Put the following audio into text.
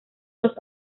los